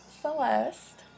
Celeste